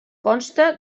consta